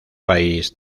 país